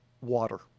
water